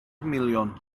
miliwn